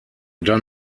dann